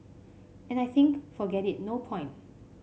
and I think forget it no point